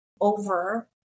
over